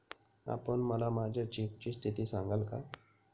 आपण मला माझ्या चेकची स्थिती सांगाल का?